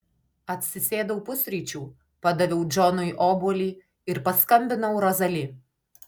atsisėdau pusryčių padaviau džonui obuolį ir paskambinau rozali